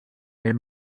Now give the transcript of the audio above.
mill